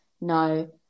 No